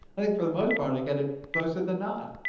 i think for the most part i get it closer than not.